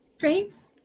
thanks